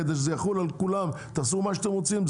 כדי שזה יחול על כולם ותעשו מה שאתם רוצים?